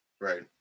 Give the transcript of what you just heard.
Right